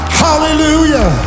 hallelujah